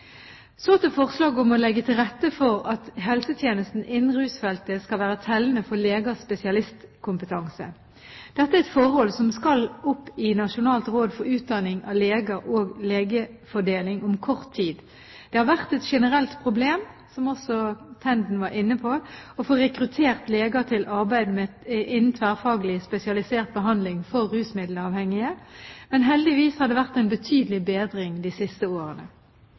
Så til forslaget om å legge til rette for at helsetjenesten innen rusfeltet skal være tellende for legers spesialistkompetanse: Dette er et forhold som skal opp i Nasjonalt råd for spesialistutdanning av leger og legefordeling om kort tid. Det har vært et generelt problem, som også representanten Tenden var inne på, å få rekruttert leger til arbeid innen tverrfaglig spesialisert behandling for rusmiddelavhengige, men heldigvis har det vært en betydelig bedring de siste årene.